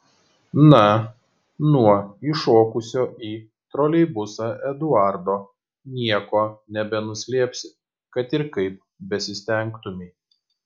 na nuo įšokusio į troleibusą eduardo nieko nebenuslėpsi kad ir kaip besistengtumei